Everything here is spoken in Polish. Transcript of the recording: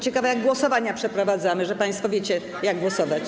Ciekawe, jak głosowania przeprowadzamy, skąd państwo wiecie, nad czym głosować.